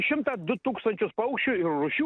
šimtą du tūkstančius paukščių ir rūšių